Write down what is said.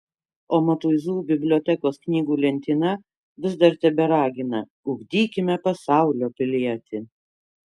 o matuizų bibliotekos knygų lentyna vis dar teberagina ugdykime pasaulio pilietį